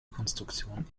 konstruktion